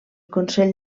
consell